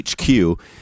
HQ